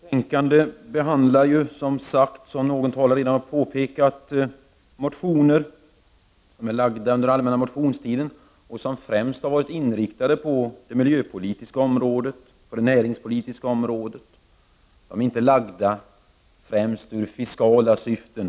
Fru talman! I detta betänkande behandlas, som någon talare tidigare påpekade, motioner som är väckta under den allmänna motionstiden och som främst är inriktade på det miljöpolitiska och det näringspolitiska området. De är inte väckta främst i fiskala syften.